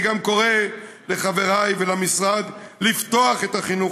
אני גם קורא לחבריי ולמשרד לפתוח את החינוך